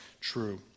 true